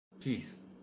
peace